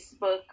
Facebook